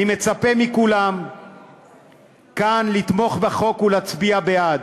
אני מצפה מכולם כאן לתמוך בהצעת החוק ולהצביע בעד,